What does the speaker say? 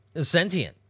Sentient